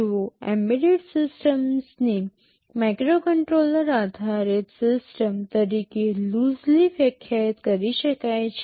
જોવો એમ્બેડેડ સિસ્ટમને માઇક્રોકન્ટ્રોલર આધારિત સિસ્ટમ તરીકે લુઝલી વ્યાખ્યાયિત કરી શકાય છે